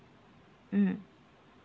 mm